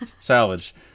Salvage